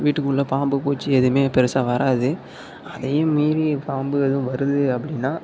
வீட்டுக்குள்ளே பாம்பு பூச்சி எதுவுமே பெருசாக வராது அதையும் மீறி பாம்பு எதுவும் வருது அப்படின்னா